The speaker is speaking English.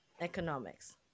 economics